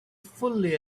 fully